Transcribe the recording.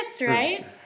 right